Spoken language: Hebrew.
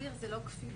זו לא כפילות,